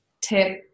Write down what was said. tip